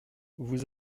vous